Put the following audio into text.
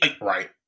right